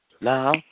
Now